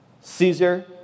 Caesar